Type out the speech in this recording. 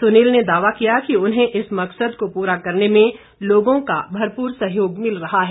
सुनील ने दावा किया कि उन्हें इस मकसद को पूरा करने में लोगों का भरपूर सहयोग मिल रहा है